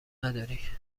نداری